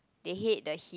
they hate the heat